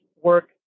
work